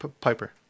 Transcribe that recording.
Piper